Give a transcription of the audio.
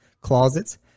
closets